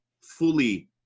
fully